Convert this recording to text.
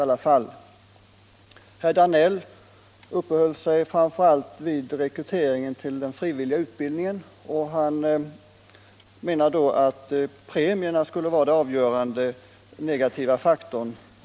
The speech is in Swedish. Herr Danell uppehöll sig framför allt vid problemet med rekryteringen till den frivilliga utbildningen, och han menade att premierna här skulle vara den avgörande negativa faktorn.